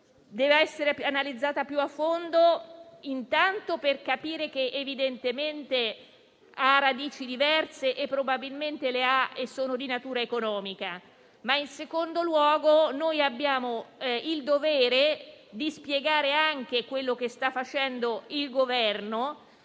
debba essere analizzata più a fondo. In primo luogo per capire che evidentemente ha radici diverse e probabilmente sono di natura economica, ma in secondo luogo perché abbiamo il dovere di spiegare anche quello che sta facendo il Governo,